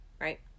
Right